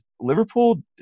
Liverpool